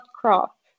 crop